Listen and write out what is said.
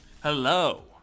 hello